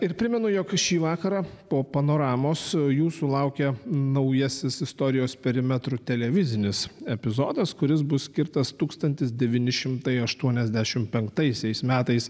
ir primenu jog šį vakarą po panoramos jūsų laukia naujasis istorijos perimetru televizinis epizodas kuris bus skirtas tūkstantis devyni šimtai aštuoniasdešimt penktaisiais metais